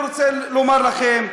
אני רוצה לומר לכם: